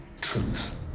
Truth